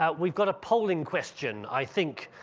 ah we've got a polling question i think,